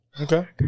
Okay